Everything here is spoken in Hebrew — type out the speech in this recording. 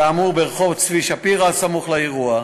כאמור, ברחוב צבי שפירא הסמוך לאירוע,